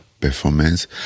performance